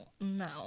no